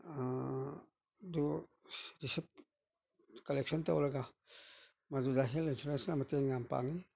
ꯑꯗꯨ ꯀꯂꯦꯛꯁꯟ ꯇꯧꯔꯒ ꯃꯗꯨꯗ ꯍꯦꯜꯠ ꯏꯟꯁꯨꯔꯦꯟꯁꯅ ꯃꯇꯦꯡ ꯌꯥꯝꯅ ꯄꯥꯡꯏ